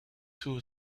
too